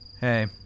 Hey